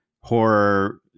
horror